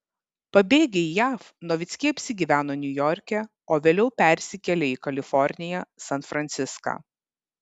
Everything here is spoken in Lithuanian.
pabėgę į jav novickiai apsigyveno niujorke o vėliau persikraustė į kaliforniją san franciską